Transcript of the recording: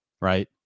Right